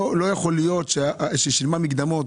לא יכול להיות שהיא שילמה מקדמות,